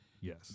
Yes